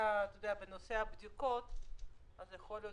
יכול להיות